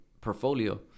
portfolio